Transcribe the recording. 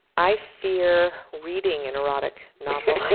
i fear reading an erotic novel.